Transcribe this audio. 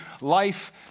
life